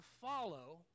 follow